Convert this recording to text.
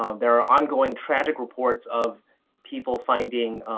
um there are ongoing tragic reports of people finding